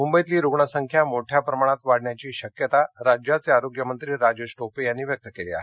मुंबईतली रुग्ण संख्या मोठ्या प्रमाणात वाढण्याची शक्यता राज्याचे आरोग्यमंत्री राजेश टोपे यांनी व्यक्त केली आहे